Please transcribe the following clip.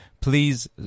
please